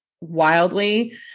wildly